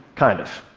kind of,